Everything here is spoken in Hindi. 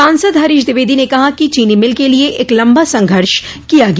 सांसद हरीश द्विवेदी ने कहा कि चीनी मिल के लिये एक लम्बा संघर्ष किया गया